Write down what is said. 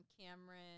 Cameron